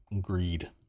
greed